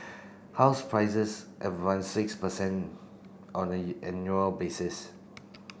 house prices advanced six per cent on the an annual basis